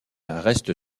reste